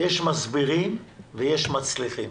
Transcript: יש מסבירים ויש מצליחים.